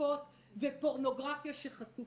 ותקיפות ופורנוגרפיה שחשופה.